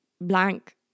blank